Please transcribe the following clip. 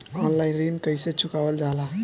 Online ऋण कईसे चुकावल जाला?